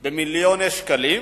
במיליוני שקלים,